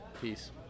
Peace